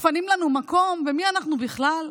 מפנים לנו מקום, ומי אנחנו בכלל?